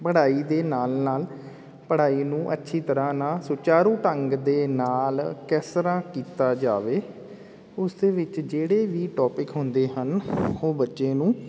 ਪੜ੍ਹਾਈ ਦੇ ਨਾਲ ਨਾਲ ਪੜ੍ਹਾਈ ਨੂੰ ਅੱਛੀ ਤਰ੍ਹਾਂ ਨਾਲ ਸੁਚਾਰੂ ਢੰਗ ਦੇ ਨਾਲ ਕਿਸ ਤਰ੍ਹਾਂ ਕੀਤਾ ਜਾਵੇ ਉਸਦੇ ਵਿੱਚ ਜਿਹੜੇ ਵੀ ਟੋਪਿਕ ਹੁੰਦੇ ਹਨ ਉਹ ਬੱਚੇ ਨੂੰ